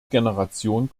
generation